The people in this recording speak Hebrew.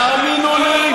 תאמינו לי,